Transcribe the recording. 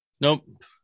Nope